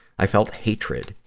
i felt hatred,